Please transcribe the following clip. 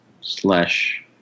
slash